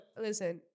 Listen